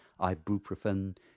ibuprofen